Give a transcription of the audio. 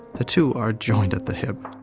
the two are joined at the hip.